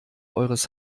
eures